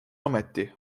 ometi